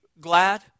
glad